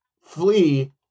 flee